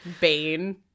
Bane